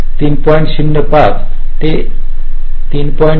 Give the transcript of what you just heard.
तर येथे ते 3